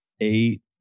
eight